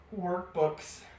workbooks